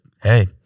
hey